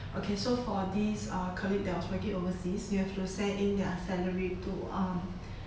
okay so for this uh colleague that was working overseas you have to send in their salary to um